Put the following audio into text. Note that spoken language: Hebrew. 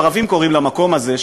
אפילו הערבים קוראים למקום הזה,